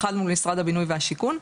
אחד מול משרד הבינוי והשיכון.